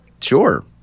sure